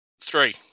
Three